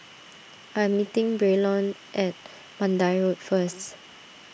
I am meeting Braylon at Mandai Road first